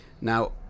Now